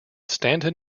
stanton